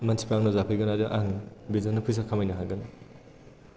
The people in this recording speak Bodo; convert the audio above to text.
मानसिफ्रा मोजां जाफैगोन आरो आं बेजोंनि फैसा खामायनो हागोन